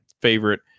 favorite